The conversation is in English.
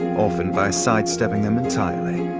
often by side-stepping them entirely.